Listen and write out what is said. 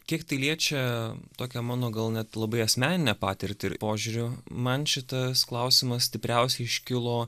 kiek tai liečia tokią mano gal net labai asmeninę patirtį ir požiūriu man šitas klausimas stipriausiai iškilo